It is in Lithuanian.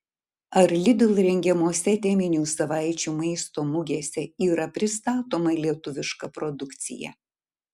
ar lidl rengiamose teminių savaičių maisto mugėse yra pristatoma lietuviška produkcija